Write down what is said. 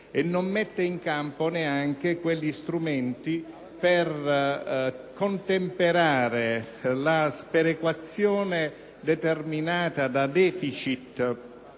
e non mette in campo neppure gli strumenti per contemperare la sperequazione determinata da deficit